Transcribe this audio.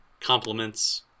compliments